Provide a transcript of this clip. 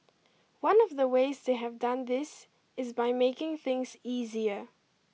one of the ways they have done this is by making things easier